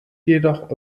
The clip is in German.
jedoch